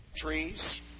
trees